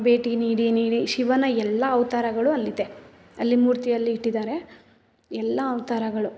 ಭೇಟಿ ನೀಡಿ ನೀಡಿ ಶಿವನ ಎಲ್ಲ ಅವತಾರಗಳು ಅಲ್ಲಿದೆ ಅಲ್ಲಿ ಮೂರ್ತಿ ಅಲ್ಲಿ ಇಟ್ಟಿದ್ದಾರೆ ಎಲ್ಲ ಅವತಾರಗಳು